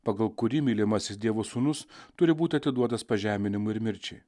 pagal kurį mylimasis dievo sūnus turi būt atiduotas pažeminimui ir mirčiai